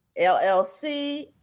llc